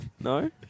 No